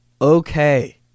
Okay